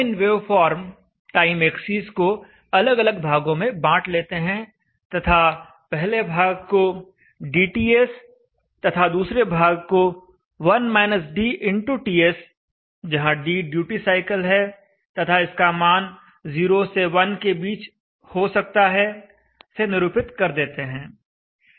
अब इन waveform time axis को अलग अलग भागों में बांट लेते हैं तथा पहले भाग को dTS दूसरे भाग को TS जहां d ड्यूटी साइकिल है तथा इस का मान 0 तथा 1 के बीच में हो सकता है से निरूपित कर देते हैं